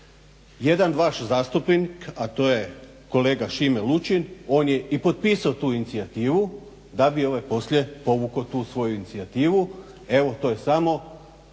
Jedan vaš zastupnik, a to je kolega Šime Lučin, on je i potpisao tu inicijativu, da bi poslije povukao tu svoju inicijativu, evo to je samo